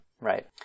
right